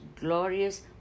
glorious